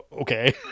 Okay